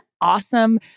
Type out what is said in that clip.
awesome